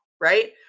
right